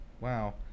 wow